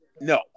no